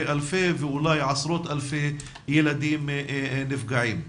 באלפי ואולי עשרות אלפי ילדים נפגעים.